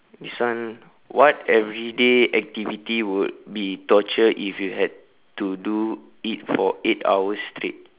this one what everyday activity would be torture if you had to do it for eight hours straight